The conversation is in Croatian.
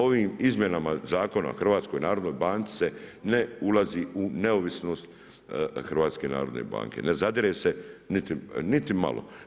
Ovim izmjenama Zakona o HNB-u se ne ulazi u neovisnost HNB-a, ne zadire se niti malo.